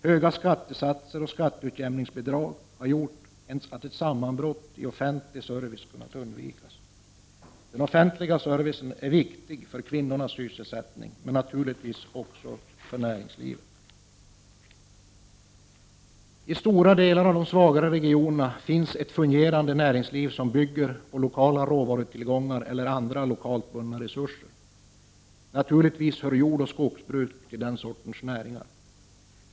Höga skattesatser och skatteutjämningsbidragen har gjort att ett sammanbrott i offentlig service kunnat undvikas. Den offentliga servicen är viktig för kvinnornas sysselsättning, men naturligtvis också för näringslivet. I stora delar av de svagare regionerna finns ett fungerande näringsliv som bygger på lokala råvarutillgångar eller andra lokalt bundna resurser. Natur ligtvis hör jordoch skogsbruk till den sortens näringar.